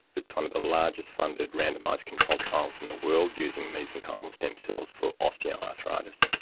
it's one of the largest funded randomised controlled trials in the world using mesenchymal stem cells for osteoarthritis.